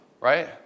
Right